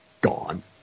gone